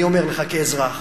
אני אומר לך, כאזרח,